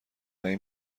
این